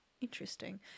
Interesting